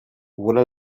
voilà